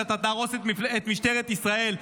שאתה תהרוס את משטרת ישראל,